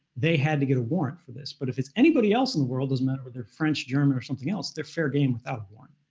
they had to get a warrant for this. but if it's anybody else in the world, doesn't matter whether they're french, german, or something else, they're fair game without a warrant.